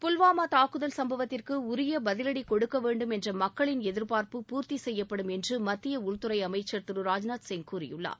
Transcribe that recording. புல்வாமா தாக்குதல் சம்பவத்திற்கு உரிய பதிலடி கொடுக்கவேண்டும் என்ற மக்களின் எதிர்ப்பார்ப்பு பூர்த்தி செய்யப்படும் என்று மத்திய உள்துறை அமைச்சர் திரு ராஜ்நாத் சிங் கூறியுள்ளார்